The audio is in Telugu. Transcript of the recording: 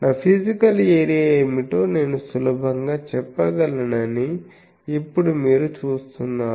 నా ఫిజికల్ ఏరియా ఏమిటో నేను సులభంగా చెప్పగలనని ఇప్పుడు మీరు చూస్తున్నారు